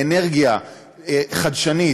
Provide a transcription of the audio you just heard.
לאנרגיה חדשנית,